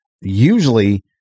Usually